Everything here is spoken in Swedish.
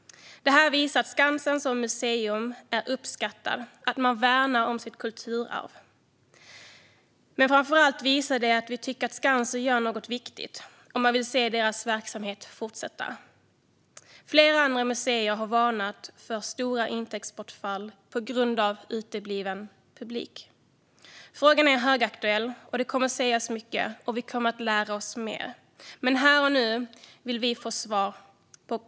Det här visar att Skansen som museum är uppskattat, att man värnar om sitt kulturarv. Men framför allt visar det att vi tycker att Skansen gör något viktigt, och att man vill se deras verksamhet fortsätta. Flera andra museer har varnat för stora intäktsbortfall på grund av utebliven publik. Frågan är högaktuell. Det kommer sägas mycket, och vi kommer att lära oss mer. Men här och nu vill vi få svar.